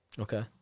Okay